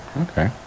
Okay